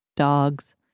Dogs